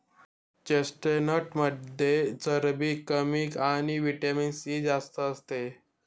चेस्टनटमध्ये चरबी कमी आणि व्हिटॅमिन सी जास्त असते